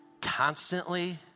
constantly